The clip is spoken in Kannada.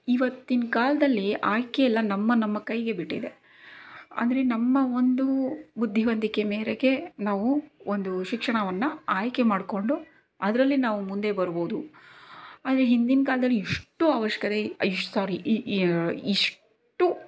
ಇವತ್ತಿನ ಕಾಲದಲ್ಲಿ ಆಯ್ಕೆ ಎಲ್ಲ ನಮ್ಮ ನಮ್ಮ ಕೈಗೆ ಬಿಟ್ಟಿದೆ ಅಂದರೆ ನಮ್ಮ ಒಂದು ಬುದ್ಧಿವಂತಿಕೆ ಮೇರೆಗೆ ನಾವು ಒಂದು ಶಿಕ್ಷಣವನ್ನು ಆಯ್ಕೆ ಮಾಡ್ಕೊಂಡು ಅದರಲ್ಲಿ ನಾವು ಮುಂದೆ ಬರ್ಬೋದು ಆದರೆ ಹಿಂದಿನ ಕಾಲದಲ್ಲಿ ಇಷ್ಟು ಅವಶ್ಯಕತೆ ಇಷ್ ಸ್ವಾರಿ ಇ ಇ ಇಷ್ಟು